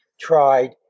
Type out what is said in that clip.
tried